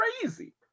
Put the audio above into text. crazy